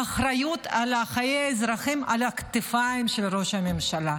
האחריות על חיי האזרחים על הכתפיים של ראש הממשלה.